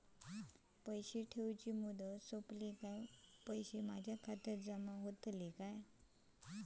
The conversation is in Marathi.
पैसे ठेवल्याची मुदत सोपली काय पैसे माझ्या खात्यात जमा होतात काय?